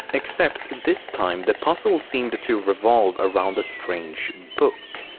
except, this time, the puzzle seemed to to revolve around a strange book.